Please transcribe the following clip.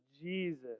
Jesus